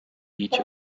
each